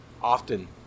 often